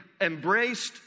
embraced